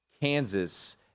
Kansas